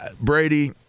Brady